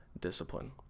discipline